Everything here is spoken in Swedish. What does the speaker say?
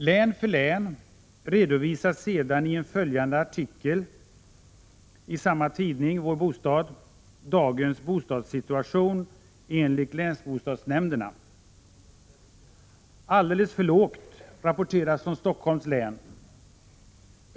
Län för län redovisas sedan i en följande artikel i samma tidning dagens bostadsbyggnadssituation enligt länsbostadsnämnderna. ”Alldeles för lågt”, rapporteras från Stockholms län.